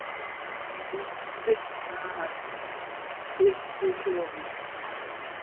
ठीक ठीक हाँ ठीक ठीक सीख लोगी